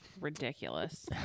Ridiculous